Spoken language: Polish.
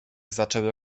zaczęły